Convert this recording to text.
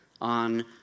on